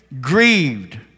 grieved